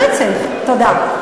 תודה.